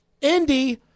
Indy